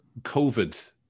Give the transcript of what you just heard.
COVID